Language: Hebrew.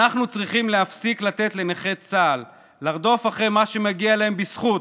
אנחנו צריכים להפסיק לתת לנכי צה"ל לרדוף אחרי מה שמגיע להם בזכות,